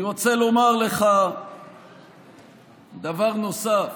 אני רוצה לומר לך דבר נוסף: